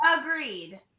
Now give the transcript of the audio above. Agreed